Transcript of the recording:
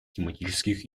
тематических